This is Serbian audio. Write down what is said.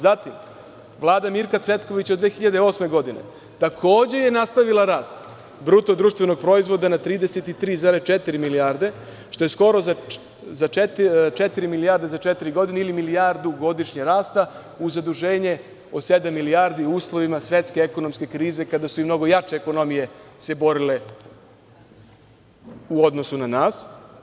Zatim, Vlada Mirka Cvetkovića 2008. godine takođe je nastavila rast BDP na 33,4 milijarde, što je skoro za 4 milijarde za četiri godine ili milijardu godišnje rasta uz zaduženje od sedam milijardi u uslovima svetske ekonomske krize kada su i mnogo jače ekonomije se borile u odnosu na nas.